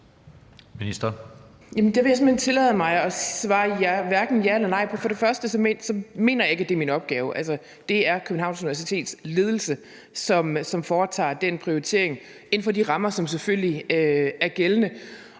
jeg simpelt hen tillade mig at svare hverken ja eller nej til. For det første mener jeg ikke, det er min opgave. Det er Københavns universitets ledelse, som foretager den prioritering inden for de rammer, som selvfølgelig er gældende.